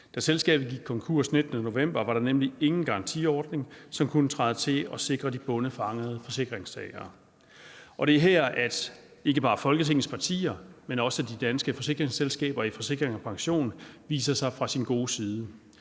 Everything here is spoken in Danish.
Da selskabet gik konkurs den 19. november, var der nemlig ingen garantiordning, som kunne træde til og sikre de bondefangede forsikringstagere. Det er her, at ikke bare Folketingets partier, men også de danske forsikringsselskaber i Forsikring & Pension viser sig fra deres gode side.